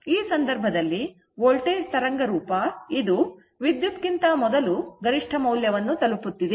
ಈ ಸಂದರ್ಭದಲ್ಲಿ ವೋಲ್ಟೇಜ್ ತರಂಗ ರೂಪವು ಇದು ವಿದ್ಯುತ್ ಗಿಂತ ಮೊದಲು ಗರಿಷ್ಠ ಮೌಲ್ಯವನ್ನು ತಲುಪುತ್ತಿದೆ